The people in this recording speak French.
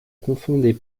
confondait